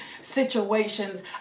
situations